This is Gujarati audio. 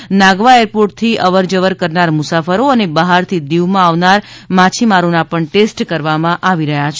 આ ઉપરાંત નાગવા એરપોર્ટથી અવરજવર કરનાર મુસાફરો અને બહારથી દીવમાં આવનાર માછીમારોના પણ ટેસ્ટ કરવામાં આવી રહ્યાં છે